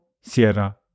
Sierra